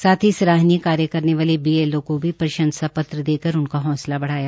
साथ ही सराहनीय कार्य करने वाले बी एल ओ को भी प्रंशसा पत्र देकर उनका हौंसला बढ़ाया